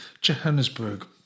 Johannesburg